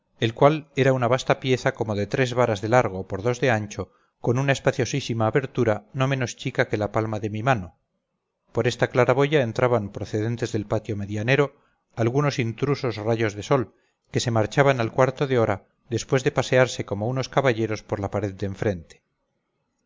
el cual era una vasta pieza como de tres varas de largo por dos de ancho con una espaciosísima abertura no menos chica que la palma de mi mano por esta claraboya entraban procedentes del patio medianero algunos intrusos rayos de luz que se marchaban al cuarto de hora después de pasearse como unos caballeros por la pared de enfrente